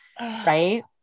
Right